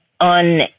on